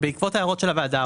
בעקבות ההערות של הוועדה,